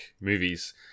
movies